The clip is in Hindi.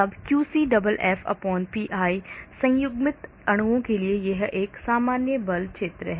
तब QCFF PI संयुग्मित अणुओं के लिए यह एक सामान्य बल क्षेत्र है